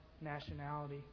nationality